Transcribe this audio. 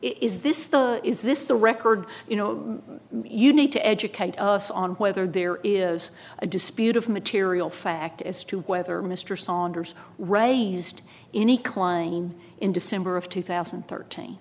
is this is this the record you know you need to educate us on whether there is a dispute of material fact as to whether mr saunders raised any klein in december of two thousand and thirteen